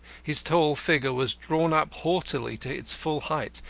his tall figure was drawn up haughtily to its full height.